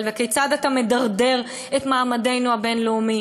וכיצד אתה מדרדר את מעמדנו הבין-לאומי.